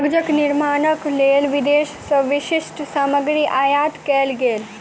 कागजक निर्माणक लेल विदेश से विशिष्ठ सामग्री आयात कएल गेल